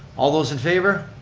all those in favor?